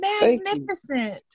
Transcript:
magnificent